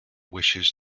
wishes